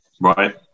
Right